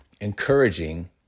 encouraging